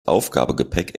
aufgabegepäck